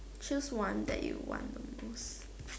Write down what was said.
choose one that you want the most